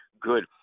good